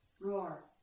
Roar